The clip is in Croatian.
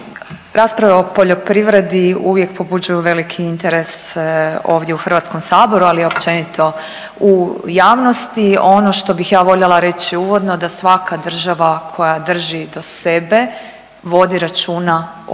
Rasprave o poljoprivredi uvijek pobuđuju veliki interes ovdje u Hrvatskom saboru, ali i općenito u javnosti. Ono što bih ja voljela reći uvodno da svaka država koja drži do sebe vodi računa o